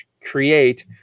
create